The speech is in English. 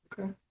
Okay